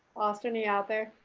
austin? are you out there?